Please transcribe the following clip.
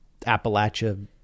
Appalachia